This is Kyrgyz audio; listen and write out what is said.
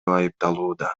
айыпталууда